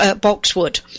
boxwood